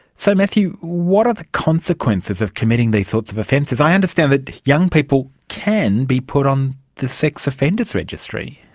so matthew, what are the consequences of committing these sorts of offences? i understand that young people can be put on the sex offenders registry.